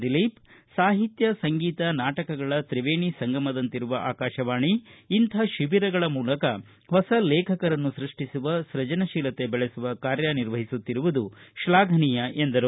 ದಿಲೀಪ್ ಸಾಹಿತ್ಯ ಸಂಗೀತ ನಾಟಕಗಳ ತ್ರಿವೇಣಿ ಸಂಗಮದಂತಿರುವ ಆಕಾಶವಾಣಿ ಇಂಥ ಶಿಬಿರಗಳ ಮೂಲಕ ಹೊಸ ಲೇಖಕರನ್ನು ಸೃಷ್ಟಿಸುವ ಸೃಜನಶೀಲತೆ ದೆಳೆಸುವ ಕಾರ್ಯ ನಿರ್ವಹಿಸುತ್ತಿರುವುದು ಶ್ಲಾಘನೀಯ ಎಂದರು